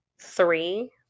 three